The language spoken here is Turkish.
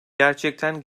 gerçekten